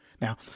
Now